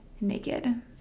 naked